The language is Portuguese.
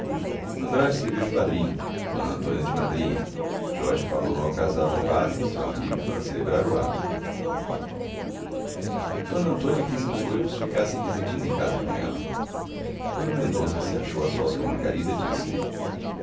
andrade serviu de padrinho d antônia de madrinha jorge falou no alcazar a um padre seu amigo para celebrar o ato d antônia quis que os noivos ficassem residindo em casa com ela quando mendonça se achou a sós com margarida